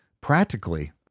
Practically